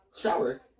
shower